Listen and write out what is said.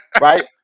Right